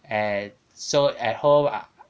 and so at home ah